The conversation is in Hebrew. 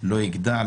לא יגדע,